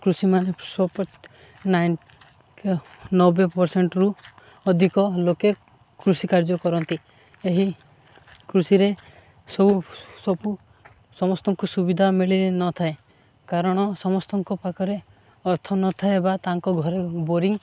କୃଷିମାନେ ନବେ ପରସେଣ୍ଟରୁ ଅଧିକ ଲୋକେ କୃଷି କାର୍ଯ୍ୟ କରନ୍ତି ଏହି କୃଷିରେ ସବୁ ସବୁ ସମସ୍ତଙ୍କୁ ସୁବିଧା ମିଳିନଥାଏ କାରଣ ସମସ୍ତଙ୍କ ପାଖରେ ଅର୍ଥ ନଥାଏ ବା ତାଙ୍କ ଘରେ ବୋରିଂ